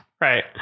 Right